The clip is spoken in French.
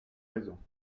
raisons